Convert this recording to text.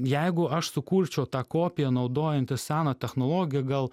jeigu aš sukurčiau tą kopiją naudojantis sena technologija gal